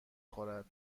خورد